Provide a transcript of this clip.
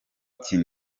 ntacyo